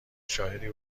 شاهدی